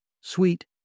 sweet